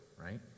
right